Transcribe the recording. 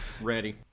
Ready